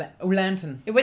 O'Lantern